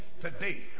today